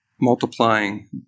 multiplying